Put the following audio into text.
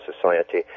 Society